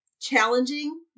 challenging